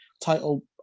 title